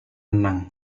menang